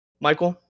Michael